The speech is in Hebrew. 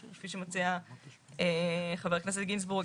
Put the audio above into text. כפי שמציע חבר הכנסת גינזבורג,